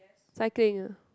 cycling ah